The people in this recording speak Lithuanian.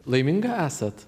laiminga esat